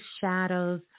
shadows